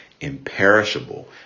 imperishable